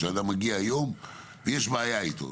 כשאדם מגיע היום ויש בעיה איתו,